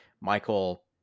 Michael